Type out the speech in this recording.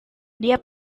dia